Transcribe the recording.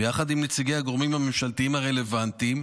ביחד עם נציגי הגורמים הממשלתיים הרלוונטיים,